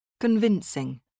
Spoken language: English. Convincing